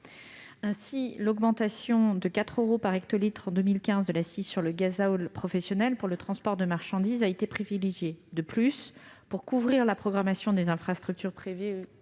2015, l'augmentation de 4 euros par hectolitre de l'accise sur le gazole professionnel pour le transport de marchandises a été privilégiée. De plus, pour couvrir la programmation des infrastructures prévue